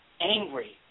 angry